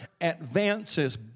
advances